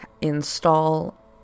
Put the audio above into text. install